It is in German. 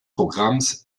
programms